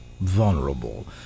vulnerable